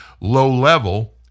low-level